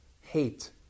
hate